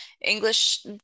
English